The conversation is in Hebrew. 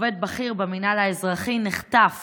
עובד בכיר במינהל האזרחי נחטף